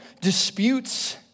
disputes